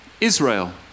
Israel